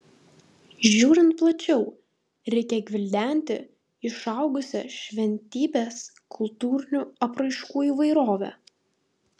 žiūrint plačiau reikia gvildenti išaugusią šventybės kultūrinių apraiškų įvairovę